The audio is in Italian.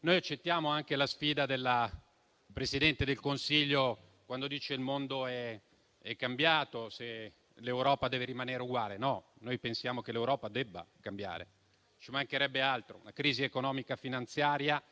che accettiamo la sfida della Presidente del Consiglio, quando dice che il mondo è cambiato e chiede se l'Europa deve rimanere uguale. No: noi pensiamo che l'Europa debba cambiare, ci mancherebbe altro. Una crisi economico-finanziaria